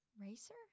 racer